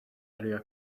area